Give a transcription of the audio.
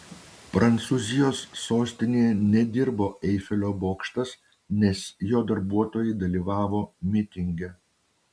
prancūzijos sostinėje nedirbo eifelio bokštas nes jo darbuotojai dalyvavo mitinge